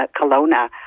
Kelowna